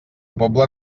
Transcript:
pobla